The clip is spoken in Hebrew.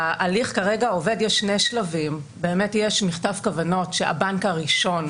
בהליך כרגע יש שני שלבים: באמת יש מכתב כוונות שהבנק הראשון,